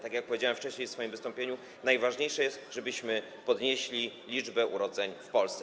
Tak jak powiedziałem wcześniej w swoim wystąpieniu, najważniejsze jest to, żebyśmy podnieśli liczbę urodzeń w Polsce.